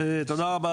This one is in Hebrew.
תודה רבה,